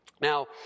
Now